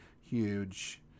huge